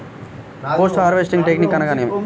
Post harvesting technique అనగా నేమి?